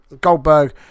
Goldberg